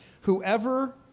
whoever